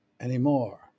anymore